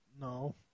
No